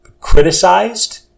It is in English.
criticized